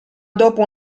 dopo